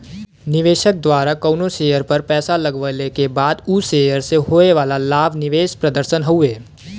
निवेशक द्वारा कउनो शेयर पर पैसा लगवले क बाद उ शेयर से होये वाला लाभ निवेश प्रदर्शन हउवे